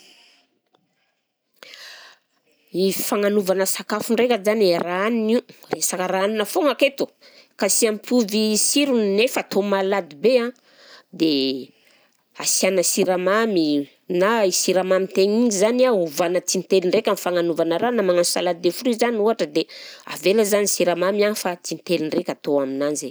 Ny fagnanovana sakafo ndray ajany raha hanina io dia sy raha hanina foagna aketo ka sy hampiovy sirony nefa atao malady be dia asiana siramamy na i siramamy tegna igny zany an ovana tintely ndraika amy fagnanovana rahana magnano salade de fruit zany ohatra dia avela zany siramamy an fa tintely ndraika atao aminazy